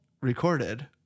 recorded